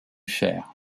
fer